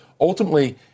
ultimately